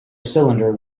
cylinder